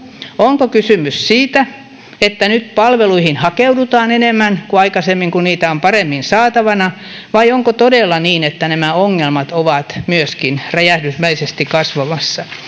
onko kysymys siitä että nyt palveluihin hakeudutaan enemmän kuin aikaisemmin kun niitä on paremmin saatavana vai onko todella niin että nämä ongelmat ovat myöskin räjähdysmäisesti kasvamassa